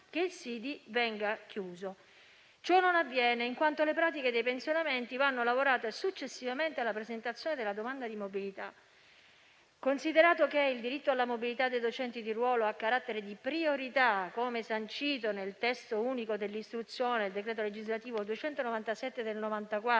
che il SIDI venga chiuso. Ciò non avviene, in quanto le pratiche dei pensionamenti vanno lavorate successivamente alla presentazione della domanda di mobilità; considerato che: il diritto alla mobilità dei docenti di ruolo ha carattere di priorità come sancito nel testo unico dell'istruzione, di cui al decreto legislativo n. 297 del 1994,